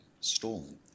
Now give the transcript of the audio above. stolen